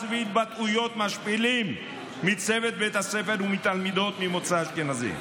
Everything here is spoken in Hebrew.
והתבטאויות משפילים מצוות בית הספר ומתלמידות ממוצא אשכנזי.